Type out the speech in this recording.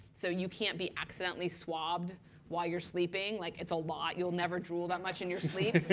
so you can't be accidentally swabbed while you're sleeping. like it's a lot. you'll never drool that much in your sleep.